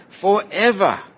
forever